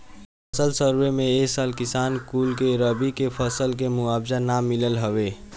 फसल सर्वे में ए साल किसान कुल के रबी के फसल के मुआवजा ना मिलल हवे